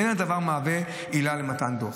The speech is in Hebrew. אין הדבר מהווה עילה למתן דוח.